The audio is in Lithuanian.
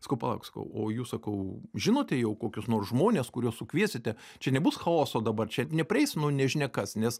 sakau palauk sakau o jūs sakau žinote jau kokius nors žmones kuriuos sukviesite čia nebus chaoso dabar čia neprieis nu nežinia kas nes